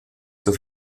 zur